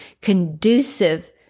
conducive